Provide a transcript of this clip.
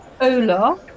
Ola